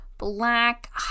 Black